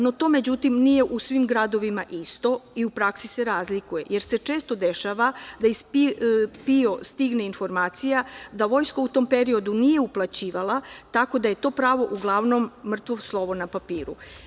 No, to međutim nije u svim gradovima isto i u praksi se razlikuje, jer se često dešava da iz PIO stigne informacija da vojska u tom periodu nije uplaćivala tako da je to pravo uglavnom mrtvo slovo na papiru.